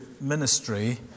ministry